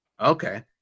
Okay